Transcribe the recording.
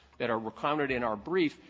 that are recounted in our brief,